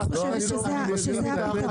אני חושבת שזה הפתרון.